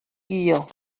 gul